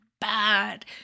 bad